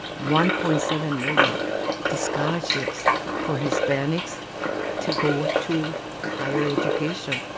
one point seven million to scholarships for hispanics to go to higher education,